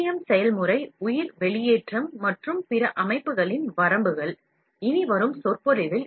M செயல்முறை உயிர்வெளியேற்றம் மற்றும் பிற அமைப்புகளின் வரம்புகள் இதைப்பார்க்க முயற்சிப்போம்